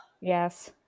yes